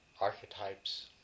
Archetypes